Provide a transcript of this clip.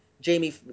Jamie